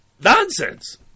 Nonsense